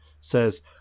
says